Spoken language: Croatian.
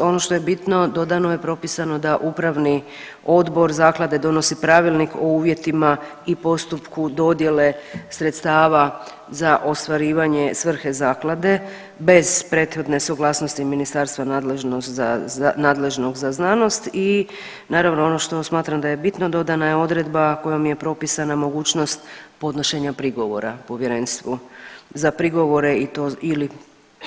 Ono što je bitno dodano je propisano da upravni odbor zaklade donosi pravilnik o uvjetima i postupku dodjele sredstava za ostvarivanje svrhe zaklade bez prethodne suglasnosti ministarstva nadležnog za znanost i naravno ono što smatram da je bitno dodana je odredba kojom je propisana mogućnost podnošenja prigovora povjerenstvu za prigovore i to ili